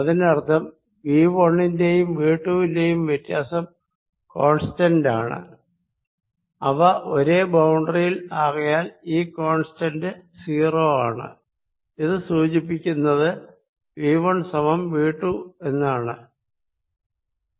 അതിനർത്ഥം V 1 ന്റെയും V 2 വിന്റേയും വ്യത്യാസം കോൺസ്റ്റന്റ് ആണ് അവ ഒരേ ബൌണ്ടറിയിൽ ആകയാൽ ഈ കോൺസ്റ്റന്റ് 0 ആണ് ഇത് സൂചിപ്പിക്കുന്നത് V 1 സമം V 2 ആണ്